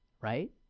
right